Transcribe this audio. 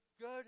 Good